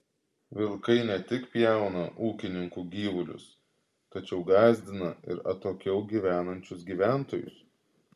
vilkai ne tik pjauna ūkininkų gyvulius tačiau gąsdina ir atokiau gyvenančius gyventojus